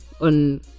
on